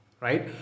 right